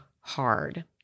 hard